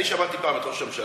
אני שמעתי פעם את ראש הממשלה,